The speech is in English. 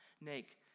make